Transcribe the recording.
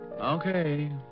Okay